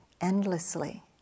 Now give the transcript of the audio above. endlessly